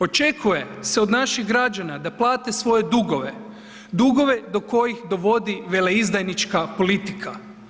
Očekuje se od naših građana da plate svoje dugove, dugove do kojih vodi veleizdajnička politika.